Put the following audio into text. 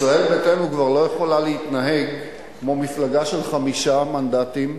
ישראל ביתנו כבר לא יכולה להתנהג כמו מפלגה של חמישה מנדטים.